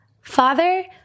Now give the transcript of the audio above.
Father